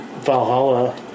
Valhalla